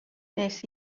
nes